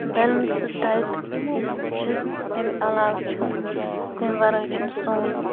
balanced diet یُس چھُ تمہِ علاوٕ چھُنہٕ تمہِ وَرٲے چھُنہٕ سون